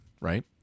right